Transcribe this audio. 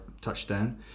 touchdown